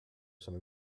some